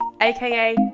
aka